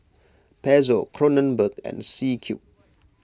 Pezzo Kronenbourg and C Cube